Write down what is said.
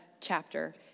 chapter